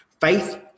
Faith